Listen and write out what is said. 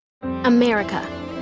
america